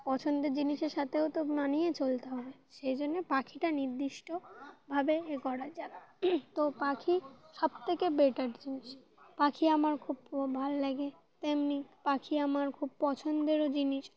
পছন্দের জিনিসের সাথেও তো মানিয়ে চলতে হবে সেই জন্যে পাখিটা নির্দিষ্টভাবে এ করা যায় তো পাখি সবথেকে বেটার জিনিস পাখি আমার খুব ভাল লাগে তেমনি পাখি আমার খুব পছন্দেরও জিনিস